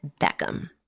Beckham